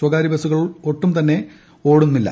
സ്വകാര്യ ബസുകൾ ഒട്ടുംതന്നെ ഓടുന്നില്ല